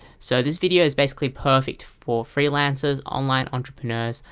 so this video is basically perfect for freelancers, online entrepreneurs,